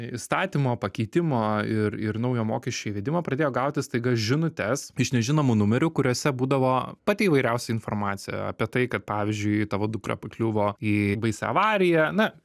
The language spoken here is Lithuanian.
įstatymo pakeitimo ir ir naujo mokesčio įvedimo pradėjo gauti staiga žinutes iš nežinomų numerių kuriuose būdavo pati įvairiausia informacija apie tai kad pavyzdžiui tavo dukra pakliuvo į baisią avariją na